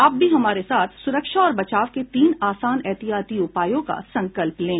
आप भी हमारे साथ सुरक्षा और बचाव के तीन आसान एहतियाती उपायों का संकल्प लें